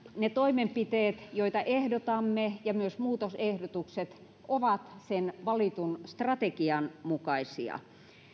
ne toimenpiteet joita ehdotamme ja myös muutosehdotukset ovat sen valitun strategian mukaisia